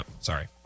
Sorry